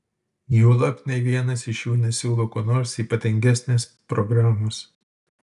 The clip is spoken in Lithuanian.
juolab nė vienas iš jų nesiūlo kuo nors ypatingesnės programos